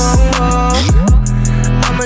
I'ma